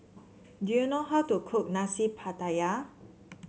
do you know how to cook Nasi Pattaya